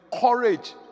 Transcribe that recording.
courage